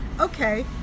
okay